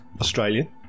Australian